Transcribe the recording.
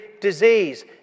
disease